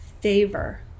favor